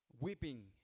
weeping